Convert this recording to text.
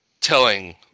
Telling